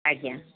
ଆଜ୍ଞା